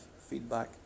feedback